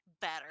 better